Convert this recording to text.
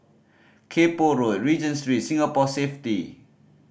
Kay Poh Road Regent Street Singapore Safety